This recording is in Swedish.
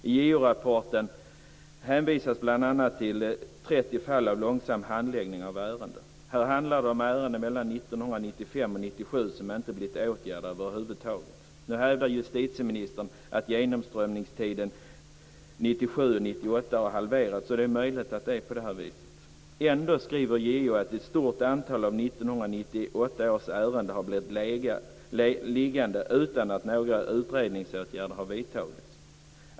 I JO-rapporten hänvisas bl.a. till 30 fall av långsam handläggning av ärenden. Här handlar det om ärenden mellan 1995 och 1997 som inte blivit åtgärdade över huvud taget. Justitieministern hävdar att genomströmningstiden 1997-1998 har halverats. Det är möjligt att det är på det viset. Ändå skriver JO att ett stort antal av 1998 års ärenden har blivit liggande utan att några utredningsåtgärder har vidtagits.